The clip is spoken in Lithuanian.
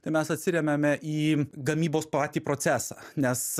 tai mes atsiremiame į gamybos patį procesą nes